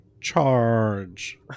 Charge